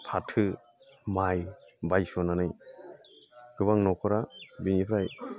फाथो माइ बायस'नानै गोबां न'खरा बेनिफ्राय